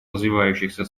развивающихся